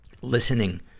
listening